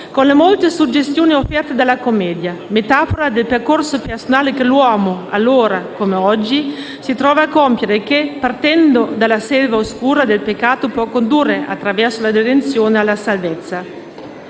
con le molte suggestioni offerte dalla «Divina Commedia», metafora del percorso personale che l'uomo, allora come oggi, si trova a compiere, e che, partendo dalla selva oscura del peccato, può condurre, attraverso la redenzione, alla salvezza.